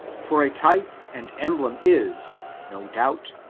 for a type and emblem is, no doubt,